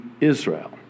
Israel